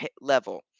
level